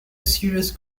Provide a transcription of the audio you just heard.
serious